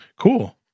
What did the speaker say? Cool